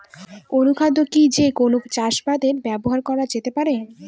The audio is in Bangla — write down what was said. অনুখাদ্য কি যে কোন চাষাবাদে ব্যবহার করা যেতে পারে?